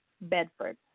Bedford